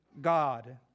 God